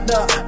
up